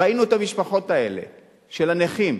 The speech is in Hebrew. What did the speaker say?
ראינו את המשפחות האלה של הנכים,